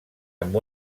amb